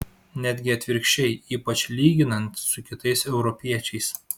netgi atvirkščiai ypač lyginant su kitais europiečiais